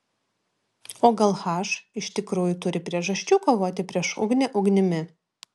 o gal h iš tikrųjų turi priežasčių kovoti prieš ugnį ugnimi